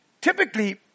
typically